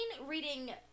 reading